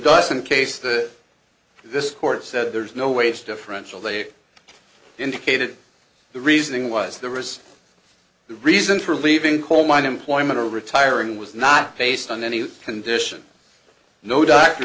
dust in case that this court said there's no wage differential they indicated the reasoning was there was a reason for leaving coal mine employment or retiring was not based on any condition no doctor